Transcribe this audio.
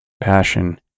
passion